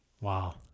Wow